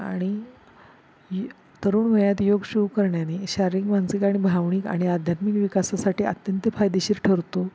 आणि य तरुण वयात योग सुरु करण्याने शारीरिक मानसिक आणि भावनिक आणि आध्यात्मिक विकासासाठी अत्यंत फायदेशीर ठरतो